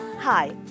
Hi